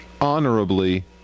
honorably